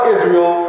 Israel